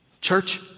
church